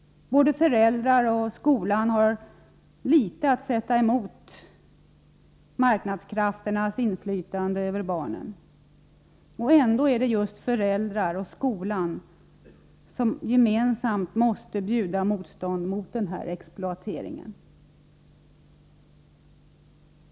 Föräldrarna och skolan har föga att sätta emot marknadskrafternas inflytande över barnen. Och ändå är det just föräldrarna och skolan som gemensamt måste göra motstånd mot denna exploatering.